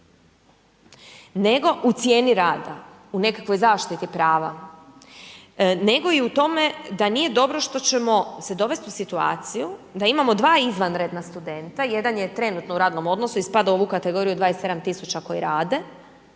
nego u cijeni rada, u nekakvoj zaštiti prava, nego i u tome da nije dobro što ćemo se dovesti u situaciju da imamo 2 izvanredna studenta, jedan je trenutno u radnom odnosu i spada u ovu kategoriju 27000 koji rade,